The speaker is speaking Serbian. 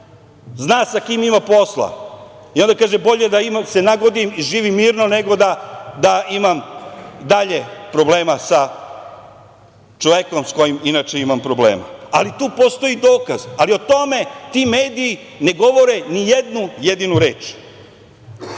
zna sa kime ima posla i onda kaže – bolje da se nagodim i živim mirno, nego da imam dalje problema sa čovekom sa kojim inače imam problema, ali tu postoji dokaz. O tome ti mediji ne govore ni jednu jedinu reč. Zato